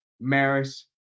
Maris